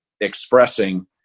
expressing